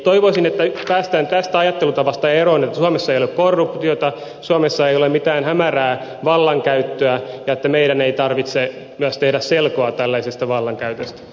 toivoisin että päästään tästä ajattelutavasta eroon että suomessa ei ole korruptiota suomessa ei ole mitään hämärää vallankäyttöä ja että meidän ei tarvitse myöskään tehdä selkoa tällaisesta vallankäytöstä